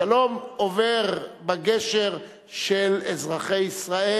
השלום עובר בגשר של אזרחי ישראל.